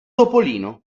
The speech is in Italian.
topolino